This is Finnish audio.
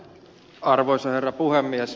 arvoisa herra puhemies